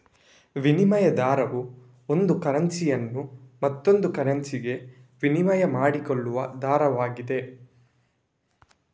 ವಿನಿಮಯ ದರವು ಒಂದು ಕರೆನ್ಸಿಯನ್ನು ಮತ್ತೊಂದು ಕರೆನ್ಸಿಗೆ ವಿನಿಮಯ ಮಾಡಿಕೊಳ್ಳುವ ದರವಾಗಿದೆ